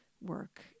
work